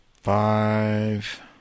five